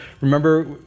remember